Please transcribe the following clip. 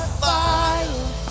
fire